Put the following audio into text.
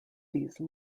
these